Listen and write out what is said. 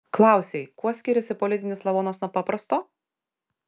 klausei kuo skiriasi politinis lavonas nuo paprasto